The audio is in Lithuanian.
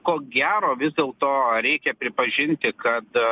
ko gero vis dėlto reikia pripažinti kad